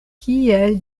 kiel